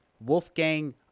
Wolfgang